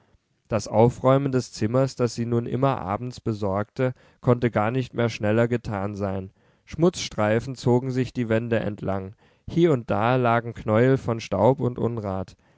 das aufräumen des zimmers das sie nun immer abends besorgte konnte gar nicht mehr schneller getan sein schmutzstreifen zogen sich die wände entlang hie und da lagen knäuel von staub und unrat